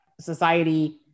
Society